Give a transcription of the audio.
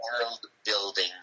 world-building